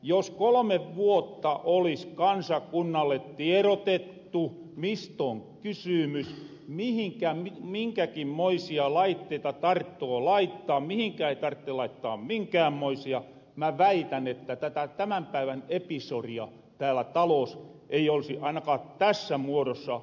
jos kolme vuotta olis kansakunnalle tiedotettu mist on kysymys mihinkä minkäkinmoisia laitteita tarttoo laittaa mihinkä ei tartte laittaa minkäänmoisia mä väitän että tämän päivän episoria täällä talos ei olisi ainakaan tässä muodossa käyty